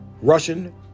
Russian